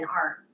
art